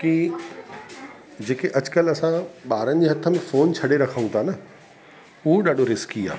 की जेके अॼुकल्ह असां ॿारनि जे हथ में फोन छॾे रखूं था न उहो ॾाढो रिस्की आहे